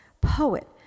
poet